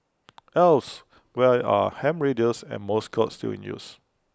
else why are ham radios and morse code still in use